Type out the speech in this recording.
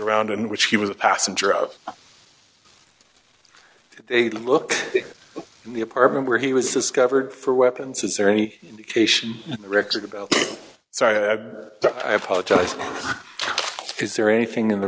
around in which he was a passenger of they look at the apartment where he was discovered for weapons is there any indication record about sorry i apologize is there anything in the